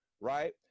right